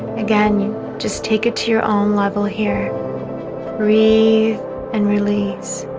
again you just take it to your own level here breathe and release